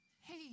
hey